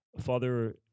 Father